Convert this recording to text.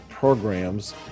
programs